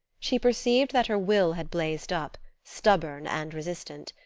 she perceived that her will had blazed up, stubborn and resistant.